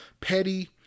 petty